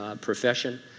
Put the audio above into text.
profession